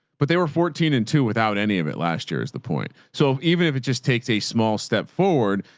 but they were fourteen and two without any of it. last year is the point. so even if it just takes a small step forward,